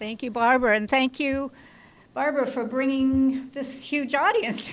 thank you barbara thank you barbara for bringing this huge audience